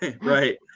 Right